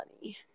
money